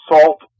salt